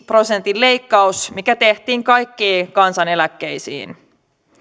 prosentin leikkaus mikä tehtiin kaikkiin kansaneläkkeisiin